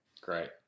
Great